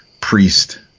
priest